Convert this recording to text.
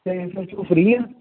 ਅਤੇ ਫਿਰ ਤੂੰ ਫ੍ਰੀ ਹਾਂ